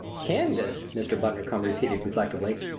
canvass! mr. bundercombe repeated reflectively.